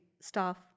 staff